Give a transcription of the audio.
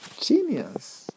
genius